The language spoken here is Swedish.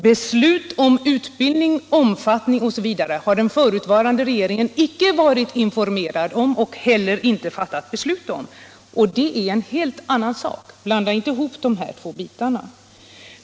Beslut om utbildning, dennas omfattning osv. har den förutvarande regeringen icke varit informerad om och inte heller fattat beslut om, och det är en helt annan sak. Blanda inte ihop dessa två bitar!